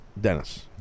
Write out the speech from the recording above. Dennis